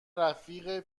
رفیق